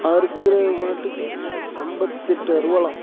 அறுக்கிற மாட்டுக்கு ஐம்பத்தெட்டு அருவாள்லாம்